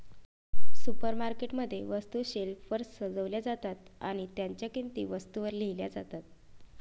supermarket मध्ये, वस्तू शेल्फवर सजवल्या जातात आणि त्यांच्या किंमती वस्तूंवर लिहिल्या जातात